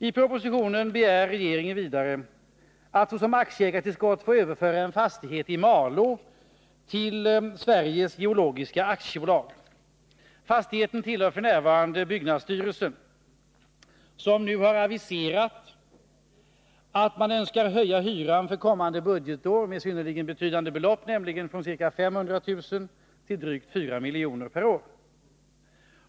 I propositionen begär regeringen vidare att såsom aktieägartillskott få överföra en fastighet i Malå till Sveriges Geologiska AB. Fastigheten tillhör f.n. byggnadsstyrelsen som nu har aviserat att den önskar höja hyran för kommande budgetår med synnerligen betydande belopp, nämligen från ca 500 000 kr. till drygt 4 milj.kr.